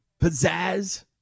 pizzazz